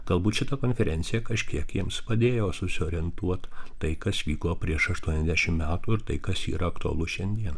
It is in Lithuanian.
galbūt šita konferencija kažkiek jiems padėjo susiorientuot tai kas vyko prieš aštuoniasdešimt metų ir tai kas yra aktualu šiandien